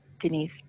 Denise